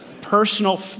personal